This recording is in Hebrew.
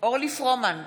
אורלי פרומן,